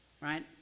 right